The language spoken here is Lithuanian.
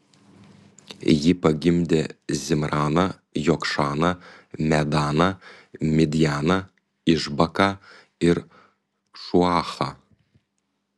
ji pagimdė zimraną jokšaną medaną midjaną išbaką ir šuachą